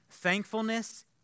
Thankfulness